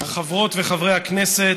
חברות וחברי הכנסת,